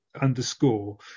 underscore